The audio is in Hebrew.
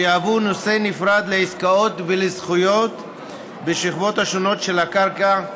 שיהוו נושא נפרד לעסקאות ולזכויות בשכבות השונות של הקרקע,